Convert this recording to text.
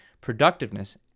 productiveness